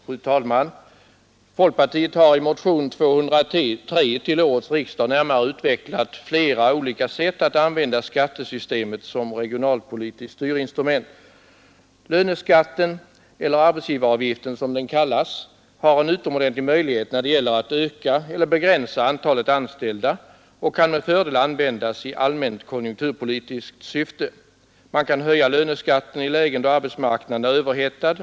Fru talman! Folkpartiet har i motionen 203 till årets riksdag närmare utvecklat flera olika sätt att använda skattesystemet som regionalpolitiskt styrinstrument. Löneskatten eller arbetsgivaravgiften som den kallas erbjuder en utomordentlig möjlighet när det gäller att öka eller begränsa antalet anställda och kan med fördel användas i allmänt konjunkturpolitiskt syfte. Man kan höja lön tten i lägen då arbetsmarknaden är överhettad.